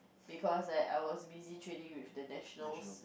because like I was busy training with the nationals